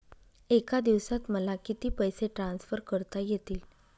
एका दिवसात मला किती पैसे ट्रान्सफर करता येतील?